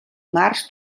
mars